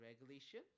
Regulation